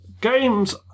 games